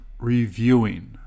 reviewing